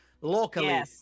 locally